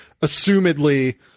assumedly